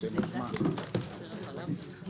הישיבה ננעלה בשעה 10:15.